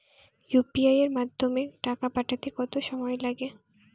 UPI এর মাধ্যমে টাকা পাঠাতে কত সময় লাগে?